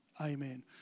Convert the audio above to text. Amen